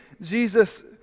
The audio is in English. Jesus